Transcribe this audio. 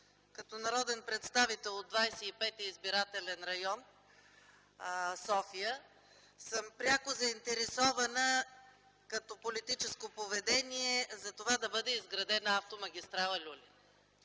като народен представител от 25.избирателен район – София, съм пряко заинтересована като политическо поведение да бъде изградена автомагистрала „Люлин”.